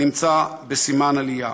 נמצא בסימן עלייה.